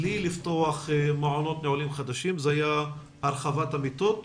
בלי לפתוח מעונות נעולים חדשים זה היה הרחבת המיטות?